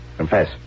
Confess